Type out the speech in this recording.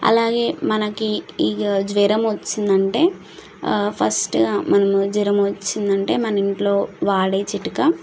అలాగే మనకి ఇగ జ్వరం వచ్చింది అంటే ఫస్ట్గా మనం జ్వరం వచ్చింది అంటే మన ఇంట్లో వాడే చిట్కా